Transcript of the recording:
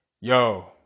Yo